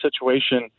situation